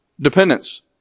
Dependence